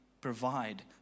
provide